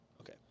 Okay